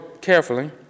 carefully